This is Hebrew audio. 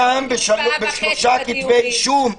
הוא נאשם בשלושה כתבי אישום.